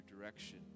direction